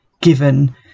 given